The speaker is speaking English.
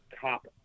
top